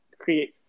create